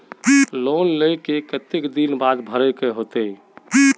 Loan लेल के केते दिन बाद भरे के होते?